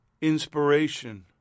inspiration